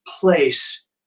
place